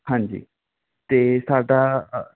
ਹਾਂਜੀ ਅਤੇ ਸਾਡਾ